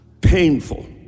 painful